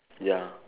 ya